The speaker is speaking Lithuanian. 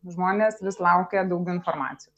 žmonės vis laukia daug informacijos